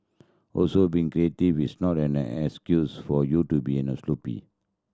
also being creative is not an excuse for you to be sloppy